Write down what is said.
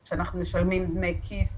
אנחנו משלמים דמי כיס,